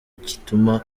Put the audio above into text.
gituma